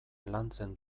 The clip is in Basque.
lantzen